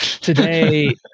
today